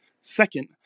Second